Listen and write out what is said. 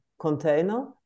container